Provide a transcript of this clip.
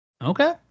okay